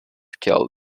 kill